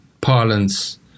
parlance